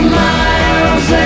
miles